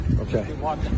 okay